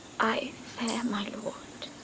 i fare, my lord,